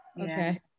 okay